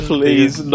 Please